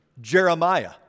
Jeremiah